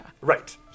Right